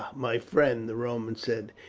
my friend, the roman said,